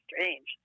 strange